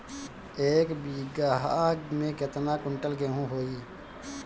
एक बीगहा में केतना कुंटल गेहूं होई?